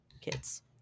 kids